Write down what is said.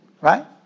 Right